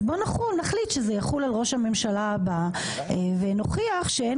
אז בוא נחליט שזה יחול על ראש הממשלה הבא ונוכיח שאין